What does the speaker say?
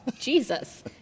Jesus